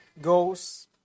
goes